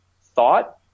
thought